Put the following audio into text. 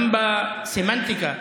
גם בסמנטיקה.